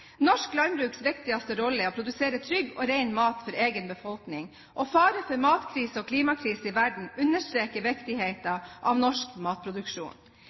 Norsk landbruks viktigste rolle er å produsere trygg og ren mat for egen befolkning, og faren for matkrise og klimakrise i verden understreker viktigheten av norsk matproduksjon. I motsetning til Høyre mener vi i Senterpartiet at matproduksjon